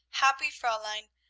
happy fraulein!